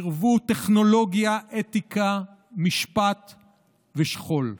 עירבו טכנולוגיה, אתיקה, משפט ושכול.